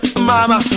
mama